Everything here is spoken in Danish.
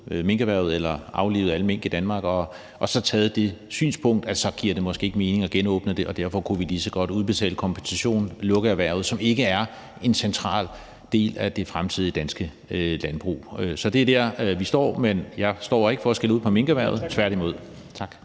minkerhvervet eller aflivet alle mink i Danmark, og så taget det synspunkt, at så giver det måske ikke mening at genåbne det, og derfor kunne vi lige så godt udbetale kompensationen og lukke erhvervet, som ikke er en central del af det fremtidige danske landbrug. Så det er der, vi står. Men jeg står her ikke for at skælde ud på minkerhvervet, tværtimod. Tak.